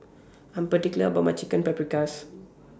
I Am particular about My Chicken Paprikas